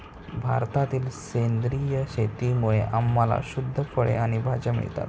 भारतातील सेंद्रिय शेतीमुळे आम्हाला शुद्ध फळे आणि भाज्या मिळतात